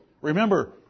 Remember